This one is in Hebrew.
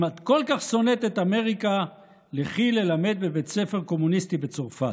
אם את כל כך שונאת את אמריקה לכי ללמד בבית ספר קומוניסטי בצרפת.